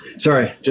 Sorry